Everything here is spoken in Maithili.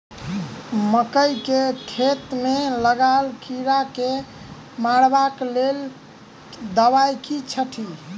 मकई केँ घेँट मे लागल कीड़ा केँ मारबाक लेल केँ दवाई केँ छीटि?